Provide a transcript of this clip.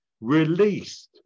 released